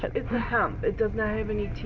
but it's a hemp. it does not have any